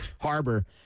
Harbor